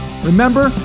Remember